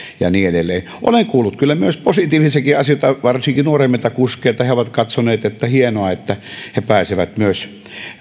ja niin edelleen olen kuullut kyllä myös positiivisiakin asioita varsinkin nuoremmilta kuskeilta he ovat katsoneet että on hienoa että he pääsevät myös